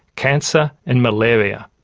cancer and malaria.